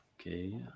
okay